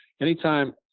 Anytime